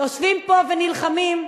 יושבים פה ונלחמים.